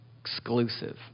Exclusive